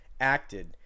acted